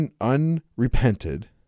unrepented